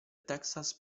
texas